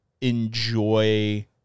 enjoy